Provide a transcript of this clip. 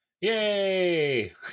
Yay